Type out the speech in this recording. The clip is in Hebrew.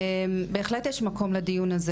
בהחלט יש מקום לדיון הזה